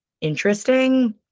interesting